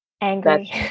angry